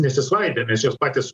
nesisvaidė mes juos patys